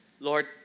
Lord